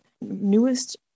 newest